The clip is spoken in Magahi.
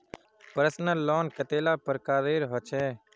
पर्सनल लोन कतेला प्रकारेर होचे?